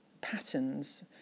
patterns